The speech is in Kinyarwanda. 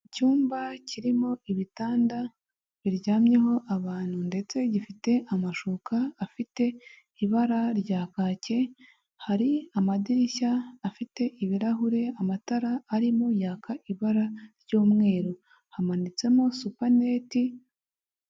Icyumba kirimo ibitanda biryamyeho abantu ndetse gifite amashuka afite ibara rya kake, hari amadirishya afite ibirahure, amatara arimo yaka ibara ry'umweru hamanitsemo supaneti.